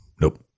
Nope